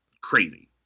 crazy